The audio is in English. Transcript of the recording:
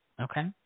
Okay